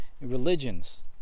Religions